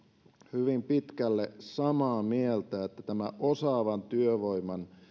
hyvin pitkälle samaa mieltä että tämä osaavan työvoiman